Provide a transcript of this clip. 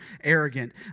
arrogant